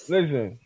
Listen